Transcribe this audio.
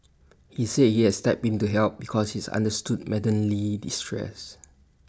he said he had stepped in to help because he understood Madam Lee's distress